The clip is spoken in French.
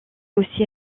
aussi